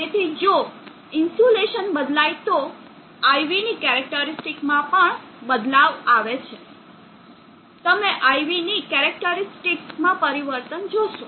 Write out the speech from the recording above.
તેથી જો ઇન્સ્યુલેશન બદલાય તો IV ની કેરેક્ટરીસ્ટીક માં પણ બદલાવ આવે છે તમે IV ની કેરેક્ટરીસ્ટીક માં પરિવર્તન જોશો